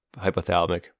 hypothalamic